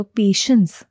patience